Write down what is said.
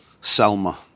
Selma